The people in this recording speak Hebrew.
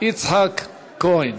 יצחק כהן.